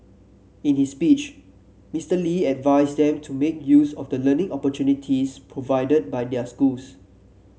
in his speech Mister Lee advised them to make use of the learning opportunities provided by their schools